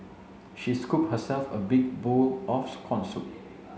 she scooped herself a big bowl of corn soup